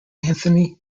anthony